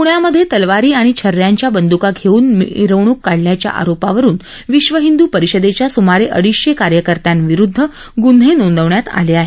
पूण्यामध्ये तलवारी आणि छऱ्याच्या बंदुका घेऊन मिरवणूक काढल्याच्या आरोपावरून विश्वव हिंदू परिषदेच्या सुमारे अडीचशे कार्यकर्त्यांविरुद्ध गुन्हे नोंदवण्यात आले आहेत